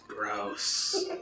Gross